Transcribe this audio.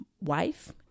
wife